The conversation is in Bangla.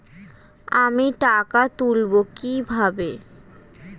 আমি টাকা তুলবো কি ভাবে?